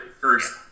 first